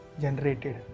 generated